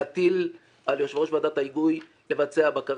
להטיל על יושב ראש ועדת ההיגוי לבצע בקרה,